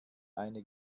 eine